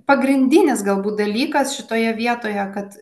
pagrindinis galbūt dalykas šitoje vietoje kad